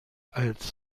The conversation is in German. als